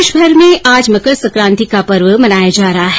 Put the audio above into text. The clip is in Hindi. प्रदेशभर में आज मकर सकांति का पर्व मनाया जा रहा है